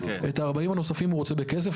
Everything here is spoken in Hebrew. את ה-40 הנוספים הוא רוצה בכסף,